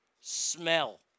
smell